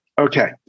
Okay